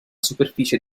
superficie